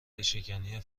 ریشهکنی